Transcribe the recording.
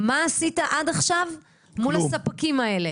מה עשית עד עכשיו מול הספקים האלה